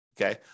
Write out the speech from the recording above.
okay